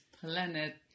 planet